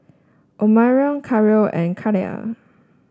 Omarion Carlo and Ciarra